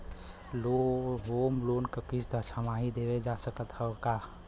Home loan क किस्त छमाही देहल जा सकत ह का?